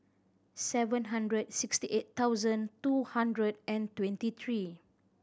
seven hundred sixty eight thousand two hundred and twenty three